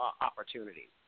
opportunity